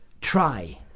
Try